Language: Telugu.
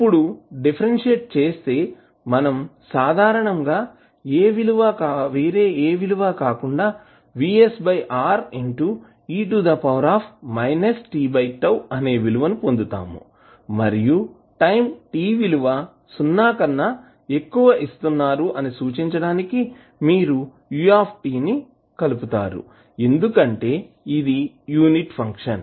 ఇప్పుడు డిఫరెన్షియాట్ చేస్తే మనం సాధారణంగా వేరే ఏ విలువ కాకుండా అనే విలువని పొందుతాము మరియు టైం t విలువ సున్నా కన్నా ఎక్కువ ఇస్తున్నారు అని సూచించడానికి మీరు u ను కలుపుతారు ఎందుకంటే ఇది యూనిట్ ఫంక్షన్